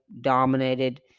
dominated